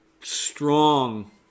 strong